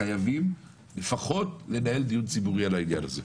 חייבים לפחות לנהל דיון ציבורי על העניין הזה.